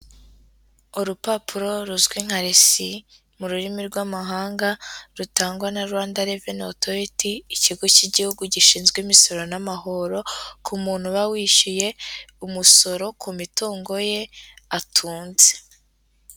Urupapuro ruzwi nka resi mu rurimi rw'amahanga, rutangwa na rwandawa reveni otoriti, ikigo cy igihugu gishinzwe imisoro n'amahoro, ku muntu uba wishyuye umusoro ku mitungo ye atunze.